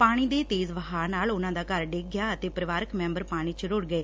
ਪਾਣੀ ਦੇ ਤੇਜ਼ ਬਹਾਅ ਨਾਲ ਉਨਾਂ ਦਾ ਘਰ ਡਿੱਗ ਗਿਆ ਅਤੇ ਪਰਿਵਾਰਕ ਮੈਂਬਰ ਪਾਣੀ ਚ ਰੁੜ ਗਏ